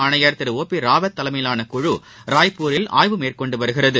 ஆணையர் திரு ஓ பிராவத் தலைமையிலான குழு ராய்ப்பூரில் ஆய்வு மேற்கொண்டுவருகிறது